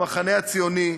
במחנה הציוני,